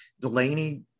Delaney